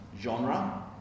genre